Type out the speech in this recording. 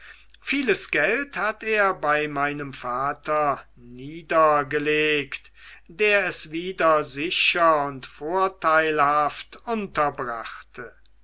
vieles geld hat er bei meinem vater niedergelegt der es wieder sicher und vorteilhaft